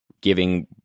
giving